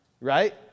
right